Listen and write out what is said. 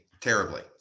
terribly